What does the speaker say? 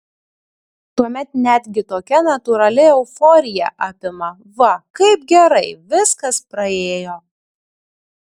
tuomet netgi tokia natūrali euforija apima va kaip gerai viskas praėjo